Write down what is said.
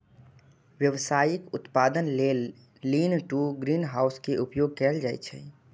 व्यावसायिक उत्पादन लेल लीन टु ग्रीनहाउस के उपयोग कैल जाइ छै